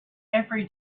every